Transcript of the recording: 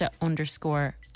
underscore